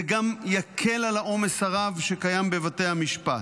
זה גם יקל את העומס הרב שקיים בבתי המשפט.